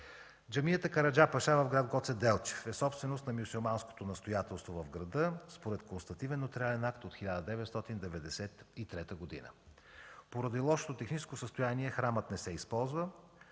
Джамията „Караджа паша” в град Гоце Делчев е собственост на мюсюлманското настоятелство в града, според констативен нотариален акт от 1993 г. Поради лошото технически състояние, храмът не се използва.